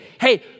hey